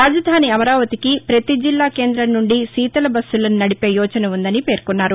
రాజధాని అమరావతికి పతి జిల్లా కేందం సుండి శీతల బస్సులను నడిపే యోచన వుందని తెలిపారు